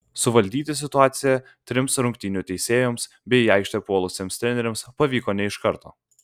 suvaldyti situaciją trims rungtynių teisėjoms bei į aikštę puolusiems treneriams pavyko ne iš karto